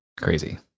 Crazy